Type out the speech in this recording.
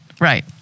right